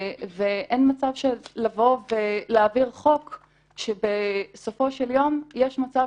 ואין מצב לבוא ולהעביר חוק שבסופו של יום יש מצב